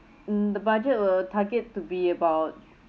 mm the budget will target to be about